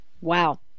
Wow